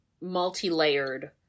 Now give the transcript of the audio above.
multi-layered